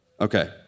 Okay